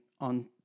on